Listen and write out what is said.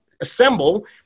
assemble